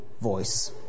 voice